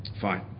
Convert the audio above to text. Fine